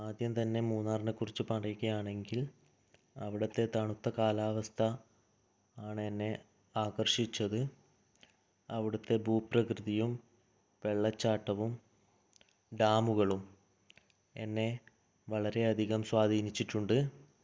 ആദ്യം തന്നെ മൂന്നാറിനെ കുറിച്ചു പറയുകയാണെങ്കിൽ അവിടുത്തെ തണുത്ത കാലാവസ്ഥ ആണെന്നെ ആകർഷിച്ചത് അവിടുത്തെ ഭൂപ്രകൃതിയും വെള്ളച്ചാട്ടവും ഡാമുകളും എന്നെ വളരെയധികം സ്വാധീനിച്ചിട്ടുണ്ട്